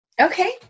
Okay